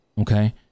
okay